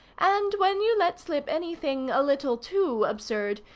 and when you let slip any thing a little too absurd,